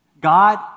God